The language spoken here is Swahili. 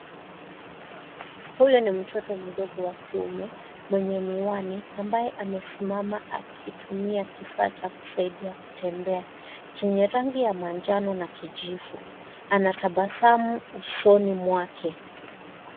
Huyu ni mtoto mdogo wa kiume mwenye miwani ambaye amesimama akitumia kifaa cha kusaidia kutembea chenye rangi ya manjano na kijivu anatabasamu usoni mwake.